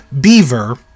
Beaver